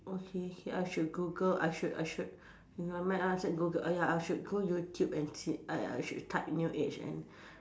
okay ya I should Google I should I should you know I might as well Google ya I should go YouTube and ti~ ah should type new age and